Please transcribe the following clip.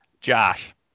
Josh